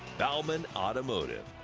baumann automotive.